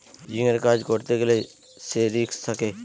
হেজিংয়ের কাজ করতে গ্যালে সে রিস্ক থাকে